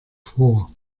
vor